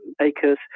acres